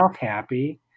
happy